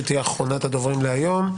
שתהיה אחרונת הדוברים להיום,